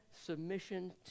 submission